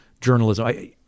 journalism